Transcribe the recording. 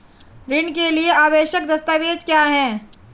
ऋण के लिए आवश्यक दस्तावेज क्या हैं?